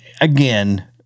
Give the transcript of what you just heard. again